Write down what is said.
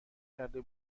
کرده